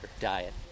diet